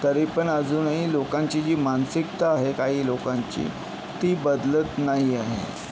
तरीपण अजूनही लोकांची जी मानसिकता आहे काही लोकांची ती बदलत नाही आहे